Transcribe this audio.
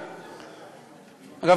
אגב,